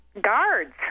guards